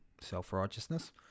self-righteousness